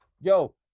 yo